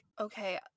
okay